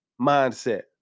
mindset